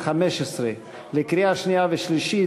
התשע"ה 2015, לקריאה שנייה ושלישית.